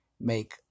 make